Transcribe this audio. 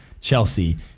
Chelsea